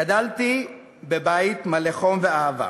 גדלתי בבית מלא חום ואהבה.